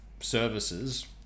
services